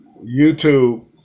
YouTube